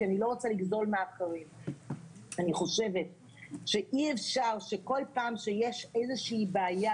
אני חושבת שאי אפשר שבכל פעם שיש איזושהי בעיה